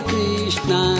Krishna